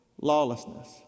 lawlessness